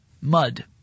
MUD